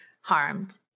harmed